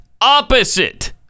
opposite